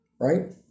Right